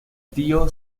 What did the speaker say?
tío